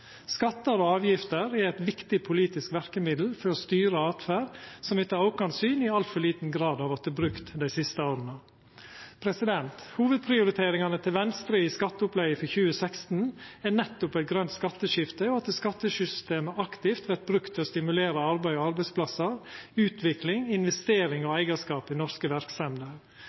Skattar og avgifter er eit viktig politisk verkemiddel for å styra åtferd som etter vårt syn i altfor liten grad har vorte brukt dei siste åra. Hovudprioriteringane til Venstre i skatteopplegget for 2016 er nettopp eit grønt skatteskifte og at skattesystemet vert brukt aktivt til å stimulera arbeid og arbeidsplassar, utvikling, investering og eigarskap i norske verksemder.